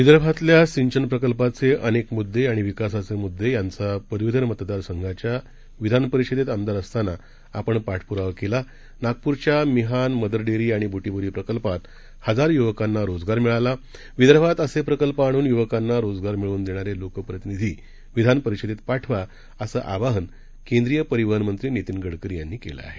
विदर्भातल्या सिंचन प्रकल्पाचे अनेक मुददे आणि विकासाचे मुददे यांचा पदवीधर मतदार संघाचा विधान परिषदेत आमदार असतांना आपण पाठप्रावा केला नागपूरच्या मिहान मदर डेअरी आणि ब्टीबोरी प्रकल्पात हजारो य्वकांना रोजगार मिळाला विदर्भात असे प्रकल्प आणून य्वकांना रोजगार मिळवून देणारे लोकप्रतिनिधी विधान परिषदेत पाठवा असं आवाहन केंद्रीय परिवहन मंत्री नितीन गडकरी यांनी केलं आहे